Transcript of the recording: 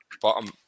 bottom